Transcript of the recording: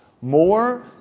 ...more